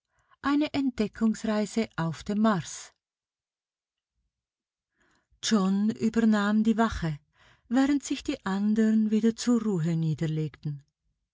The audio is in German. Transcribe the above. eine entdeckungsreise auf dem mars john übernahm die wache während sich die andern wieder zur ruhe niederlegten